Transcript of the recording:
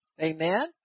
amen